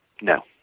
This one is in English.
No